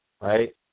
right